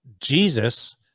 Jesus